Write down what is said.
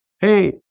hey